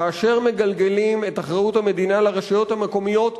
כאשר מגלגלים את אחריות המדינה לרשויות המקומיות,